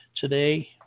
today